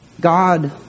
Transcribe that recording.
God